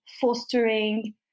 fostering